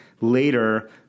later